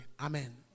Amen